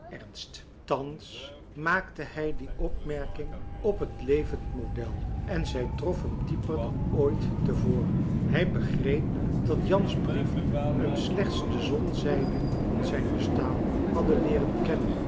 thans maakte hij die opmerking op het levend model en zij trof hem dieper dan ooit te voren hij begreep dat jans brieven hem slechts de zonzijde van marcellus emants een drietal novellen zijn bestaan hadden leeren kennen